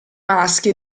maschi